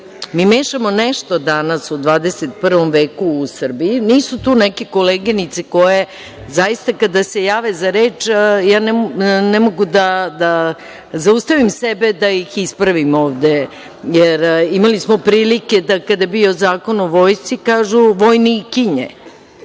mešamo nešto danas u 21 veku u Srbiji. Nisu tu neke koleginice koje kada se jave za reč ne mogu da zaustavim sebe da ih ispravim ovde, jer imali smo prilike da kada je bio Zakon o Vojsci kažu vojnikinje